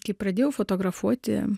kai pradėjau fotografuoti